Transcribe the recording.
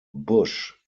bush